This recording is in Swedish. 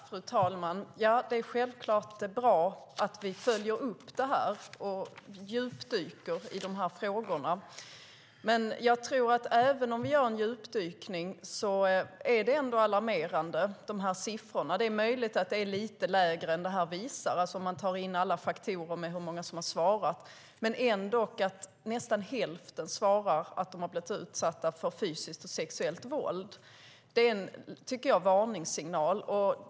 Fru talman! Det är självklart bra att vi djupdyker i och följer upp de här frågorna. Även om vi gör en djupdykning tycker jag att siffrorna är alarmerande. Det är möjligt att antalet är lite lägre än vad som visas om man tar in alla faktorer och ser på hur många som har svarat. Ändock svarar nästan hälften att de har blivit utsatta för fysiskt och sexuellt våld. Det är, tycker jag, en varningssignal.